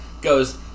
goes